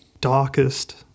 Darkest